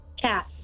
cat